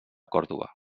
còrdova